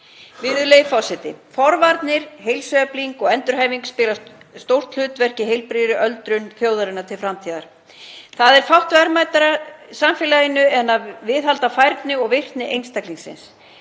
Virðulegi forseti. Forvarnir, heilsuefling og endurhæfing spila stórt hlutverk í heilbrigðri öldrun þjóðarinnar til framtíðar. Það er fátt verðmætara samfélaginu en að viðhalda færni og virkni einstaklingsins.